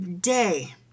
day